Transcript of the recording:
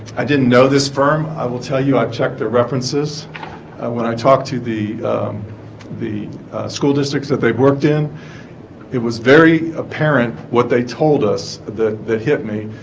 i didn't know this firm i will tell you i've checked their references when i talked to the the school districts that they've worked in it was very apparent what they told us that it hit me